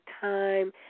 time